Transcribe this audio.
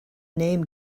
name